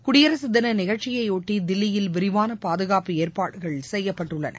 குடியரசுதினநிகழ்ச்சியையொட்டிதில்லியில் விரிவானபாதுகாப்பு ஏற்பாடுகள் செய்யப்பட்டுள்ளன